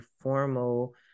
formal